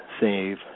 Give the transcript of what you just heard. save